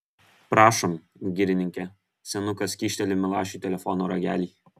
prašom girininke senukas kyšteli milašiui telefono ragelį